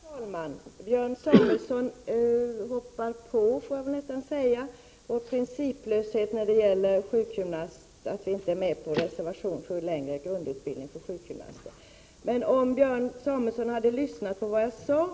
Herr talman! Björn Samuelson hoppar på, får jag väl nästan säga, vår principlöshet vad gäller att vi inte ställer oss bakom reservationen med förslag till längre grundutbildning för sjukgymnaster. Björn Samuelson lyssnade tydligen inte på vad jag sade.